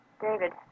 David